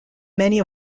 many